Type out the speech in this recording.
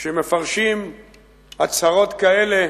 שמפרשים הצהרות כאלה